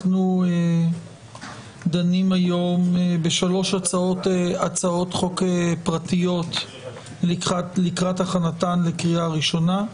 אנחנו דנים היום בשלוש הצעות חוק פרטיות לקראת הכנתן לקריאה ראשונה: